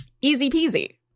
easy-peasy